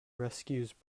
rescues